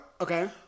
okay